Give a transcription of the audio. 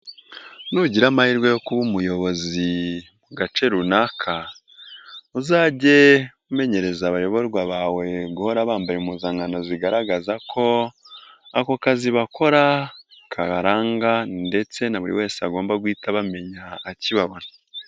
Nugira amahirwe yo kuba umuyobozi mu gace runaka, uzajye umenyereza abayoborwa bawe guhora bambaye impuzankano zigaragaza ko ako kazi bakora kaharanga, ndetse na buri wese agomba guhita bamenya akibabona.